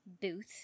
booth